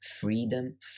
freedom